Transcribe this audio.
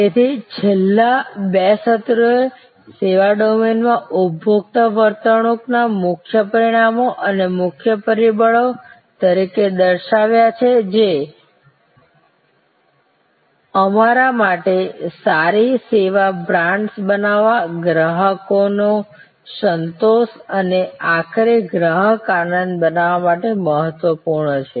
તેથી છેલ્લા બે સત્રોએ સેવા ડોમેનમાં ઉપભોક્તા વર્તણૂકના મુખ્ય પરિમાણો અને મુખ્ય પરિબળો તરીકે દર્શાવ્યા છે જે અમારા માટે સારી સેવા બ્રાન્ડ્સ બનાવવા ગ્રાહકોનો સંતોષ અને આખરે ગ્રાહક આનંદ બનાવવા માટે મહત્વપૂર્ણ છે